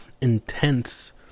intense